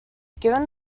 given